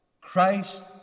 Christ